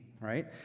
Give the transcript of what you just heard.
right